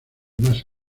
más